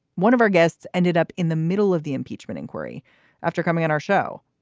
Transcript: one of our guests ended up in the middle of the impeachment inquiry after coming on our show.